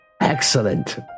Excellent